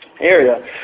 Area